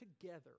together